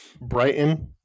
Brighton